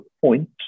point